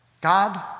God